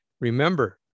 Remember